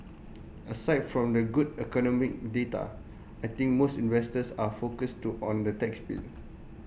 aside from the good economic data I think most investors are focused to on the tax bill